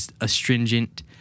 astringent